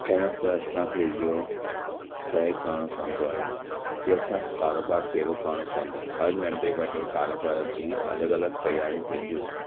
पहिरी त असांखे इहो तय करणो पवन्दो आहे कि असां कारोबार कहिड़ो करणो पवन्दो आहे हर नन्ढे वॾे कारोबार जी अलॻि अलॻि तयारी थीन्दियूं आहिनि